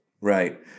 Right